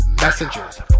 Messengers